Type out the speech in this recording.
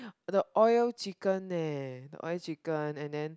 the oil chicken leh the oil chicken and then